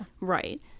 Right